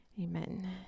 Amen